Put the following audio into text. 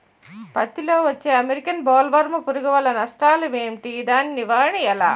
పత్తి లో వచ్చే అమెరికన్ బోల్వర్మ్ పురుగు వల్ల నష్టాలు ఏంటి? దాని నివారణ ఎలా?